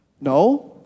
No